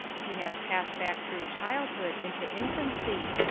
he has passed back through childhood into infancy,